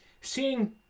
seeing